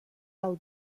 del